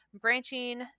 branching